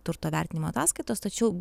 turto vertinimo ataskaitos tačiau